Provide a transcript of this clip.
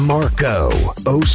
Marco